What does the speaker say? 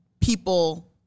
People